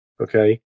Okay